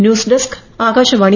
news desk Akashvani